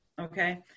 Okay